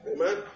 Amen